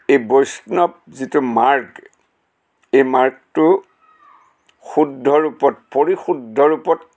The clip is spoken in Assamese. এই বৈষ্ণৱ যিটো মাৰ্গ এই মাৰ্গটো শুদ্ধ ৰূপত পৰিশুদ্ধ ৰূপত